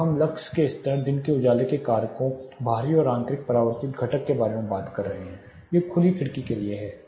अब हम लक्स के स्तर दिन के उजाले के कारकों बाहरी और आंतरिक परावर्तित घटक के बारे में बात कर रहे हैं ये खुली खिड़की के लिए हैं